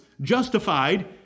Justified